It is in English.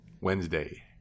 Wednesday